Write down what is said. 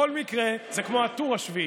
זה כמו הטור השביעי.